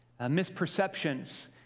Misperceptions